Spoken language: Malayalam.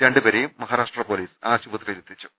രണ്ടുപേരെയും മഹാരാഷ്ട്ര പൊലീസ് ആശുപത്രിയിലെത്തിച്ചു